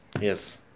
Yes